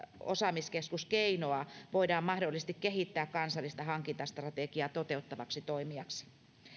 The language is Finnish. osaamiskeskus keinoa voidaan mahdollisesti kehittää kansallista hankintastrategiaa toteuttavaksi toimijaksi